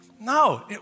No